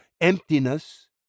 emptiness